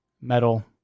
metal